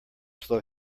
slow